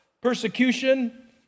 persecution